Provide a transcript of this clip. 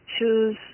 choose